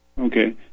Okay